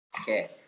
Okay